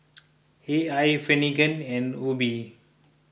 A I Finnegan and Obe